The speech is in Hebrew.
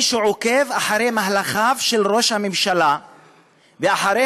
מי שעוקב אחרי מהלכיו של ראש הממשלה ואחרי